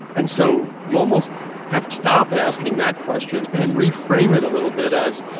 and so you almost have to stop asking that question and reframe it a little bit as,